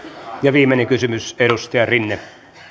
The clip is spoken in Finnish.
viimeinen kysymys edustaja rinne